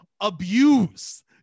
abuse